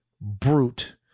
brute